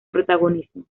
protagonismo